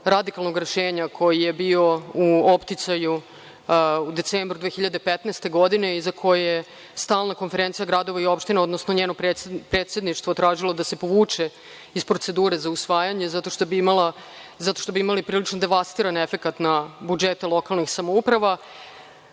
radikalnog rešenja koje je bilo u opticaju u decembru 2015. godine i za koje stalna Konferencija gradova i opština, odnosno njeno predsedništvo je tražilo da se povuče iz procedure za usvajanje zato što bi imali prilično devastiran efekat na budžete lokalnih samouprava.